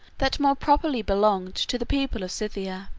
that more properly belonged to the people of scythia.